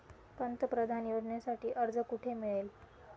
पंतप्रधान योजनेसाठी अर्ज कुठे मिळेल?